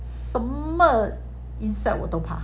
什么 insect 我都怕